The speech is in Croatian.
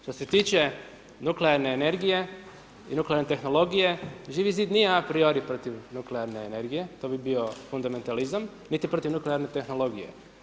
Što se tiče nuklearne energije i nuklearna tehnologije, Živi zid nije apriori protiv nenuklearne energije, to bi bio fundamentalizam, niti protiv nuklearne tehnologije.